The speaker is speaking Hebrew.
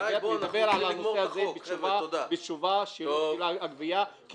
--- בנושא הזה בתשובה לגבייה,